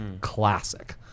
Classic